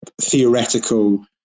Theoretical